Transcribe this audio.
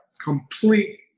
complete